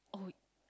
oh